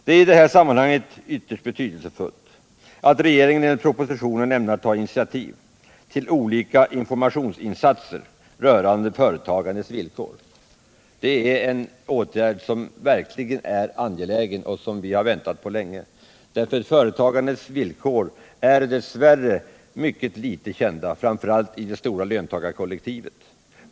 Det är i detta sammanhang ytterst betydelsefullt att regeringen enligt propositionen ämnar ta initiativ till olika informationsinsatser rörande företagandets villkor. Det är en åtgärd som verkligen är angelägen och som vi har väntat på länge. Företagandets villkor är dess värre mycket litet kända, framför allt av det stora löntagarkollektivet.